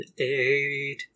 eight